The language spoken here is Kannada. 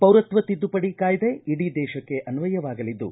ಪೌರತ್ವ ತಿದ್ದುಪಡಿ ಕಾಯ್ದೆ ಇಡೀ ದೇಶಕ್ಕೆ ಅನ್ವಯವಾಗಲಿದ್ದು